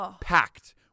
packed